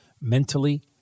mentally